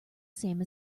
same